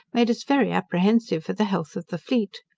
made us very apprehensive for the health of the fleet.